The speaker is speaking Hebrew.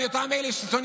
מהו ההסדר שאתה הצעת?